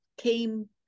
came